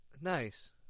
Nice